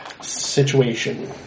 situation